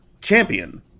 champion